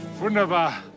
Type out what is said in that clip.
Wunderbar